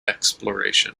exploration